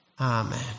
amen